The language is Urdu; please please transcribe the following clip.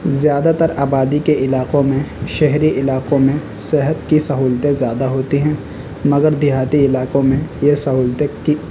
زیادہ تر آبادی کے علاقوں میں شہری علاقوں میں صحت کی سہولتیں زیادہ ہوتی ہیں مگر دیہاتی علاقوں میں یہ سہولتیں